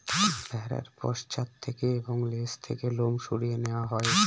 ভেড়ার পশ্চাৎ থেকে এবং লেজ থেকে লোম সরিয়ে নেওয়া হয়